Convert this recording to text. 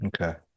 okay